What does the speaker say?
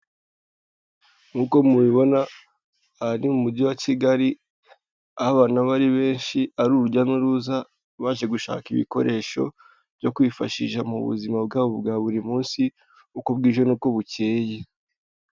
Nk'uko mubibona, aha ni mu mujyi wa Kigali, aho abantu aba ari benshi ari urujya n'uruza, baje gushaka ibikoresho byo kwifashisha mu buzima bwabo bwa buri munsi, uko bwije n'uko bukeye.